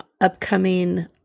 upcoming